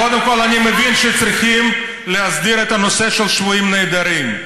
קודם כול אני מבין שצריכים להסדיר את הנושא של השבויים והנעדרים.